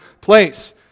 place